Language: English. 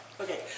Okay